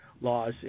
laws